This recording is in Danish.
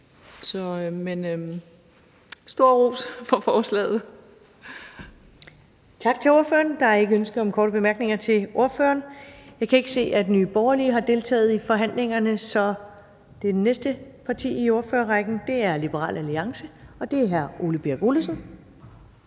næstformand (Karen Ellemann): Tak til ordføreren. Der er ikke ønske om korte bemærkninger til ordføreren. Jeg kan ikke se, at Nye Borgerlige har deltaget i forhandlingerne, så det næste parti i ordførerrækken er Liberal Alliance, og det er hr. Ole Birk Olesen.